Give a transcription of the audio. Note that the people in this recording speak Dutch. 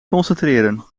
concentreren